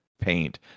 paint